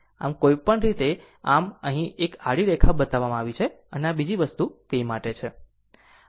આમ કોઈપણ રીતે આમ જ અહીં 1 આડી રેખા બતાવવામાં આવી છે અને બીજી વસ્તુ તે આ માટે છે